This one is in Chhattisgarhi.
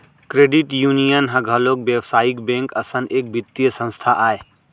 क्रेडिट यूनियन ह घलोक बेवसायिक बेंक असन एक बित्तीय संस्था आय